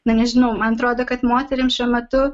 na nežinau man atrodo kad moterims šiuo metu